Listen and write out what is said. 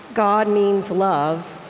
god means love,